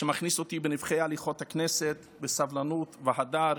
שמכניס אותי בנבכי הליכות הכנסת בסבלנות והדר.